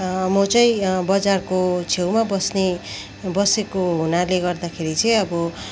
म चाहिँ बजारको छेउमा बस्ने बसेको हुनाले गर्दाखेरि चाहिँ अब